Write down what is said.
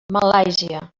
malàisia